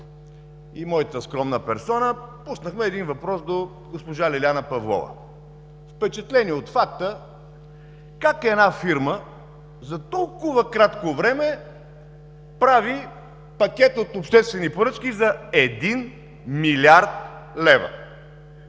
и моята скромна персона пуснахме въпрос до госпожа Лиляна Павлова, впечатлени от факта как една фирма за толкова кратко време прави пакет от обществени поръчки за един милиард лева!